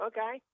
Okay